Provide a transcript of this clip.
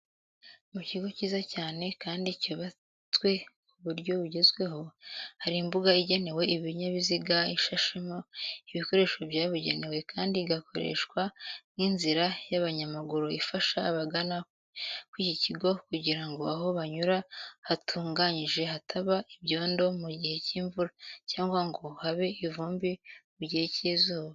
Mu kigo kiza cyane kandi cyubatswe ku buryo bugezweho, hari imbuga igenewe ibinyabiziga, ishashemo ibikoresho byabugenewe kandi igakoreshwa nk'inzira y'abanyamaguru ifasha abagana iki kigo kugira aho banyura hatungajije hataba ibyondo mu gihe cy'imvura cyangwa ngo habe ivumbi mu gihe cy'izuba.